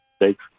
Thanks